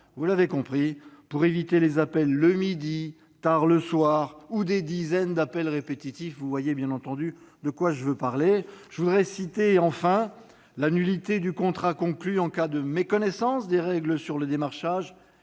nous avons ajouté pour éviter les appels le midi, tard le soir ou des dizaines d'appels répétitifs, et vous voyez bien sûr de quoi je veux parler ... Quatrièmement, la nullité du contrat conclu en cas de méconnaissance des règles sur le démarchage